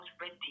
ready